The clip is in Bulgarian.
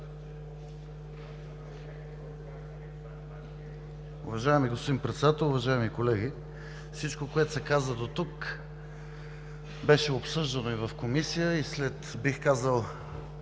Уважаеми господин Председател, уважаеми колеги! Всичко, което се каза дотук, беше обсъждано и в Комисията. След блестящата